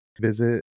visit